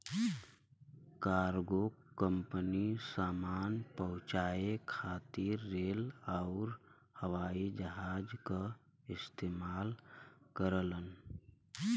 cargo company सामान पहुंचाये खातिर रेल आउर हवाई जहाज क इस्तेमाल करलन